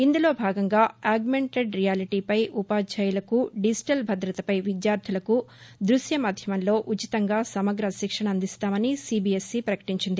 ఇందులో భాగంగా ఆగ్మెంబెడ్ రియాలిటీపై ఉపాధ్యాయులకు డిజిటల్ భద్రతపై విద్యార్థులకు దృశ్యమాధ్యమంలో ఉచితంగా సమగ్ర శిక్షణ అందిస్తామని సీబీఎస్ఈ ప్రకటీంచింది